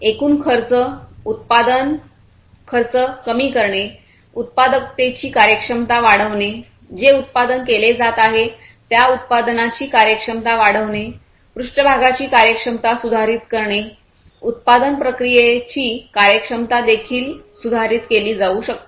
एकूण खर्च उत्पादन खर्च कमी करणे उत्पादकतेची कार्यक्षमता वाढविणे जे उत्पादन केले जात आहे त्या उत्पादनाची कार्यक्षमता वाढवणे पृष्ठभागांची कार्यक्षमता सुधारित करते उत्पादन प्रक्रियेची कार्यक्षमता देखील सुधारित केली जाऊ शकते